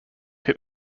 hit